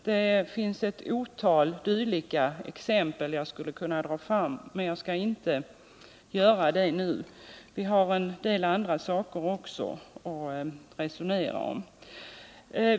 Det finns ett otal dylika exempel som jag skulle kunna dra fram, men jag skall inte göra det nu — vi har ju också en del andra saker att resonera om.